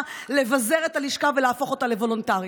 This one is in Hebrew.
לבזר את הלשכה ולהפוך אותה לוולונטרית.